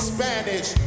Spanish